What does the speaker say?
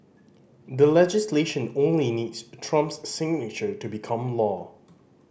the legislation only needs Trump's signature to become law